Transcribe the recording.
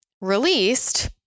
released